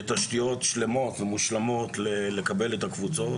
בתשתיות שלמות ומושלמות לקבל את הקבוצות,